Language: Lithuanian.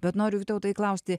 bet noriu vytautai klausti